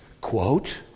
quote